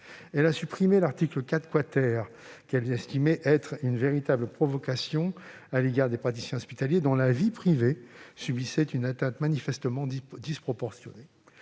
avons supprimé l'article 4 , le considérant comme une véritable provocation à l'égard des praticiens hospitaliers, dont la vie privée subissait une atteinte manifestement disproportionnée.